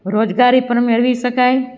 રોજગારી પણ મેળવી શકાય